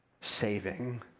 saving